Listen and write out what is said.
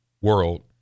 world